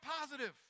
positive